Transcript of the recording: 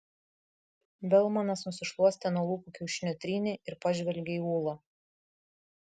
belmanas nusišluostė nuo lūpų kiaušinio trynį ir pažvelgė į ūlą